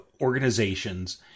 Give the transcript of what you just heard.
organizations